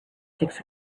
six